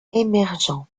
émergents